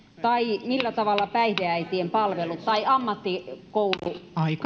tai millä tavalla päihdeäitien palvelut tai ammattikoulu